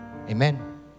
amen